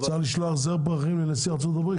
אבל --- אפשר לשלוח זר פרחים לנשיא ארצות הברית?